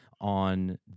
on